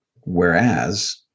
whereas